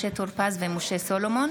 משה טור פז ומשה סולומון